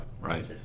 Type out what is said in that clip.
right